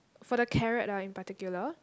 for the carrot ah in particular